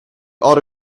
ought